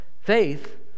Faith